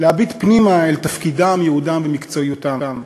להביט פנימה אל תפקידם, ייעודם ומקצועיותם.